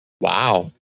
Wow